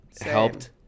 helped